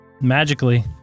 magically